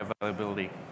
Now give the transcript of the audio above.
availability